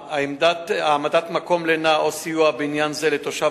1. העמדת מקום לינה או סיוע בעניין זה לתושב